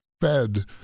fed